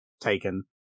taken